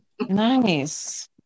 Nice